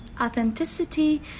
authenticity